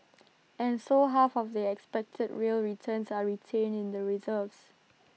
and so half of the expected real returns are retained in the reserves